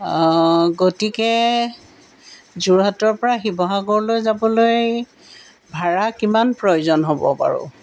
গতিকে যোৰহাটৰ পৰা শিৱসাগৰলৈ যাবলৈ ভাড়া কিমান প্ৰয়োজন হ'ব বাৰু